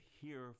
hear